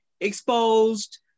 exposed